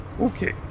Okay